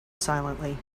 silently